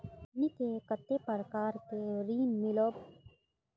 हमनी के कते प्रकार के ऋण मीलोब?